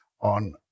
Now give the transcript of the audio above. on